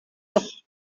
temps